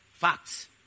Facts